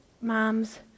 moms